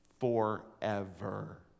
forever